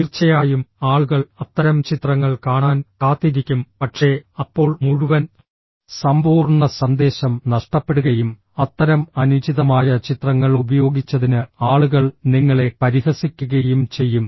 തീർച്ചയായും ആളുകൾ അത്തരം ചിത്രങ്ങൾ കാണാൻ കാത്തിരിക്കും പക്ഷേ അപ്പോൾ മുഴുവൻ സമ്പൂർണ്ണ സന്ദേശം നഷ്ടപ്പെടുകയും അത്തരം അനുചിതമായ ചിത്രങ്ങൾ ഉപയോഗിച്ചതിന് ആളുകൾ നിങ്ങളെ പരിഹസിക്കുകയും ചെയ്യും